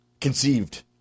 conceived